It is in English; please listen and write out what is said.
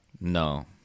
No